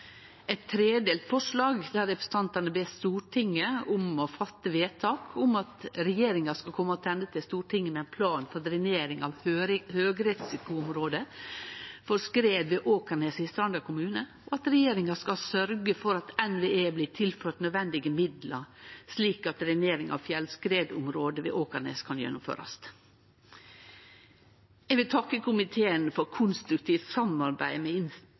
eit tredelt forslag der representantane ber Stortinget gjere vedtak om at regjeringa skal kome attende til Stortinget med ein plan for drenering av høgrisikoområdet for skred ved Åkneset i Stranda kommune, og at regjeringa skal sørgje for at NVE blir tilført nødvendige midlar, slik at drenering av fjellskredområdet ved Åkneset kan gjennomførast. Eg vil takke komiteen for konstruktivt samarbeid